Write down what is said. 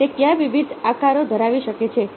તે કયા વિવિધ આકારો ધરાવી શકે છે